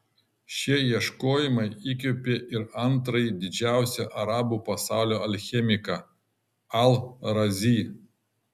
šie ieškojimai įkvėpė ir antrąjį didžiausią arabų pasaulio alchemiką al razį